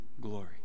glory